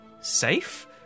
Safe